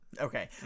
Okay